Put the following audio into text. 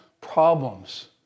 problems